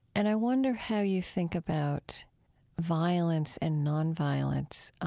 and i wonder how you think about violence and nonviolence